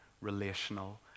relational